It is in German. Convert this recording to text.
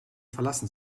verlassen